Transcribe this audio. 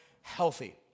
healthy